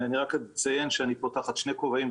אני רק אציין שאני כאן תחת שני כובעים,